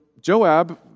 Joab